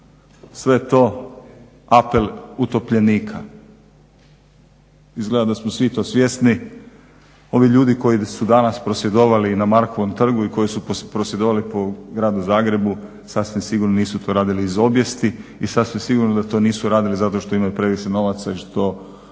je to apel utopljenika. Izgleda da smo svi tog svjesni. Ovi ljudi koji su danas prosvjedovali na Markovom trgu i koji su prosvjedovali po gradu Zagrebu sasvim sigurno nisu to radili iz obijesti i sasvim sigurno da to nisu radili zato što imaju previše novaca i što se